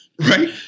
Right